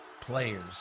players